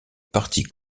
parti